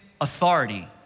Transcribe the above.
authority